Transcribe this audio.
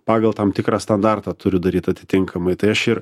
pagal tam tikrą standartą turiu daryt atitinkamai tai aš ir